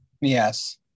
Yes